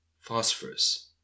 Phosphorus